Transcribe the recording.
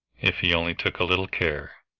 if he only took a little care.